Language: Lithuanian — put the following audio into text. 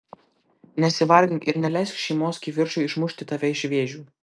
nesivargink ir neleisk šeimos kivirčui išmušti tave iš vėžių